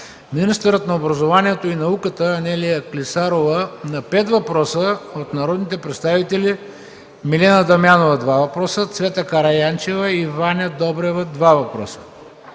министърът на образованието, науката Анелия Клисарова – на пет въпроса от народните представители Милена Дамянова – два въпроса, Цвета Караянчева, и Ваня Добрева – два въпроса;